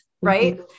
Right